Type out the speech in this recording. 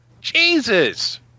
Jesus